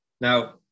Now